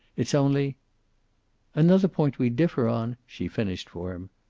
it's only another point we differ on, she finished for him.